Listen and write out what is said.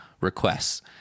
requests